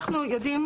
אנחנו יודעים,